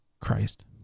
Christ